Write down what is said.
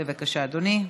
בבקשה, אדוני.